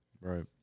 Right